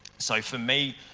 so, for me